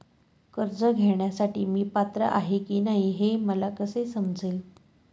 कर्ज घेण्यासाठी मी पात्र आहे की नाही हे मला कसे समजेल?